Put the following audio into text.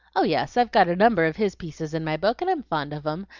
oh yes, i've got a number of his pieces in my book, and i'm fond of em.